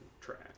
track